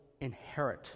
inherit